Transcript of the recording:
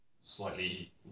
slightly